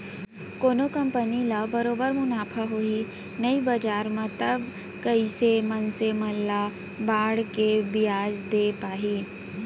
कोनो कंपनी ल बरोबर मुनाफा होही नइ बजार म तब कइसे मनसे मन ल बांड के बियाज दे पाही